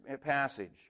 passage